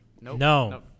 No